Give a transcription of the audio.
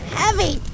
heavy